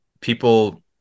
people